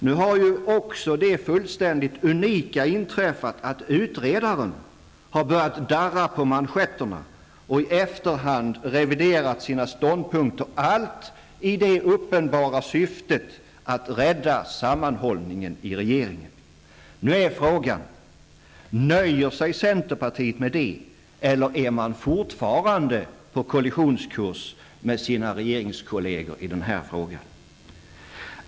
Nu är ju också det fullständigt unika inträffat, att utredaren börjat darra på manschetterna och i efterhand reviderat sina ståndpunkter, allt i det uppenbara syftet att rädda sammanhållningen i regeringen. Nu är frågan: Nöjer sig centerpartiet med det, eller är man fortfarande på kollisionskurs med sina regeringskolleger i denna fråga?